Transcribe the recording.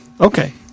Okay